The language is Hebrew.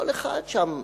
כל אחד שם,